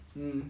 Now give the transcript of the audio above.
um